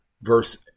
verse